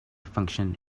function